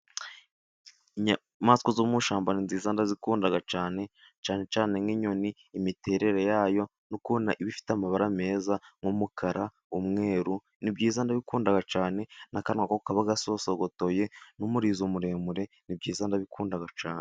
Inyamaswa zo mu ishyamba ni nziza ndazikunda cyane, cyane cyane nk'inyoni, imiterere yayo, n'ukuntu iba ifite amabara meza nk'umukara, umweru, ni byiza ndabikunda cyane n'akanwa kaba gasosogotoye n'umurizo muremure ni byiza ndabikunda cyane.